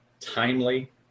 timely